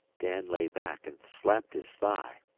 dan lay back and slapped his thigh.